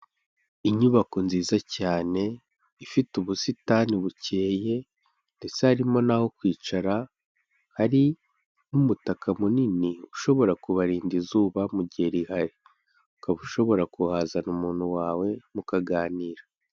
Inyubako nziza cyane, ifite ubusitani bukeye ndetse harimo naho kwicara, hari n'umutaka munini ushobora kubarinda izuba mu gihe rihari, ukaba ushobora kuhazana umuntu wawe mukaganira.